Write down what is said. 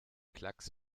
klacks